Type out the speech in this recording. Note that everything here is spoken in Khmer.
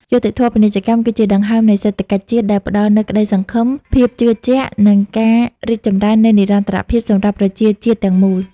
យុត្តិធម៌ពាណិជ្ជកម្មគឺជាដង្ហើមនៃសេដ្ឋកិច្ចជាតិ ដែលផ្ដល់នូវក្តីសង្ឃឹម ភាពជឿជាក់ និងការរីកចម្រើនជានិរន្តរភាពសម្រាប់ប្រជាជាតិទាំងមូល។